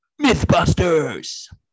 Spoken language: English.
Mythbusters